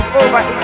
over